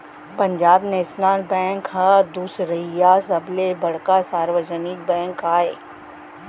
Punjab national bank ह दुसरइया सबले बड़का सार्वजनिक बेंक आय